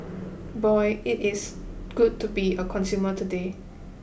boy it is good to be a consumer today